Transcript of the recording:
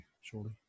surely